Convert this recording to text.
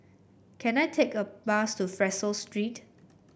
can I take a bus to Fraser Street